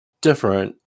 different